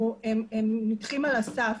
נדחים על הסף,